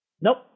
Nope